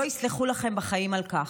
לא יסלחו לכם בחיים על כך.